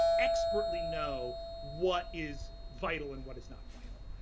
expertly know what is vital and what is not vital.